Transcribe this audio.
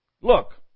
Look